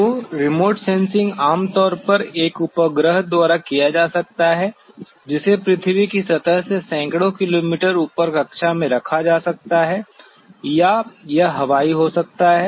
तो remote sensing आमतौर पर एक उपग्रह द्वारा किया जा सकता है जिसे पृथ्वी की सतह से सैकड़ों किलोमीटर ऊपर कक्षा में रखा जा सकता है या यह हवाई हो सकता है